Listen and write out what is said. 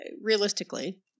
realistically